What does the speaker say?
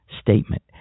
statement